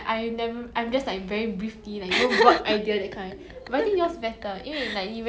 very specific you know what is my second wish or not I wish that I can eat food without getting fat leh